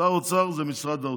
שר האוצר ומשרד האוצר.